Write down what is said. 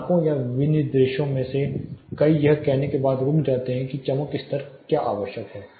मानकों या विनिर्देशों में से कई यह कहने के बाद रुक जाते हैं कि चमक स्तर क्या आवश्यक है